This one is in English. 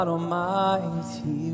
Almighty